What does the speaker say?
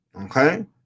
okay